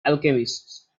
alchemists